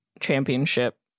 championship